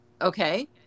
Okay